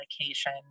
medication